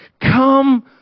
come